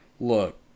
look